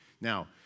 Now